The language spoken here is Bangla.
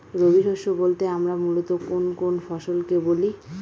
রবি শস্য বলতে আমরা মূলত কোন কোন ফসল কে বলি?